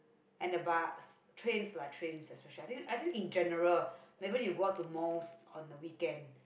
and the bus trains lah trains especially I think I think in general like even when you go out to malls on the weekend